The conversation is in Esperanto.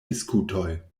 diskutoj